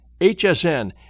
HSN